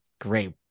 great